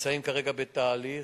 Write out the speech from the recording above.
נמצאים כרגע בתהליך